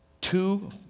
two